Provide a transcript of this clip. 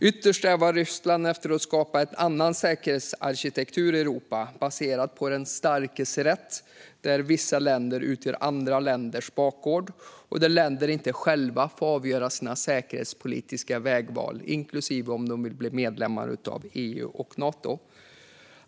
Ytterst är Ryssland ute efter att skapa en annan säkerhetsarkitektur i Europa baserat på den starkes rätt. Där utgör vissa länder andra länders bakgård, och länder får inte själva avgöra sina säkerhetspolitiska vägval, inklusive om de vill bli medlemmar i EU och Nato.